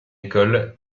école